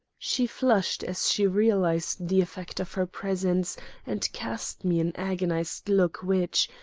she flushed as she realized the effect of her presence and cast me an agonized look, which,